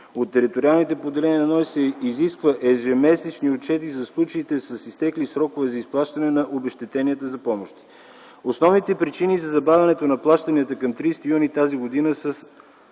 От териториалните поделения на НОИ се изискват ежемесечни отчети за случаите с изтекли срокове за изплащане на обезщетенията за помощи. Основните причини за забавянето на плащанията към 30 юни тази година са